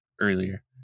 earlier